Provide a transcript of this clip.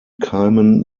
keimen